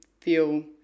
feel